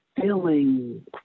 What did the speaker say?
feeling